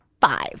five